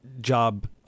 job